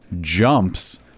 jumps